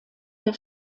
der